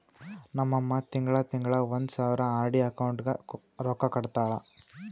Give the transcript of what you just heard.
ನಮ್ ಅಮ್ಮಾ ತಿಂಗಳಾ ತಿಂಗಳಾ ಒಂದ್ ಸಾವಿರ ಆರ್.ಡಿ ಅಕೌಂಟ್ಗ್ ರೊಕ್ಕಾ ಕಟ್ಟತಾಳ